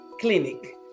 Clinic